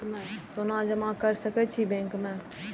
सोना जमा कर सके छी बैंक में?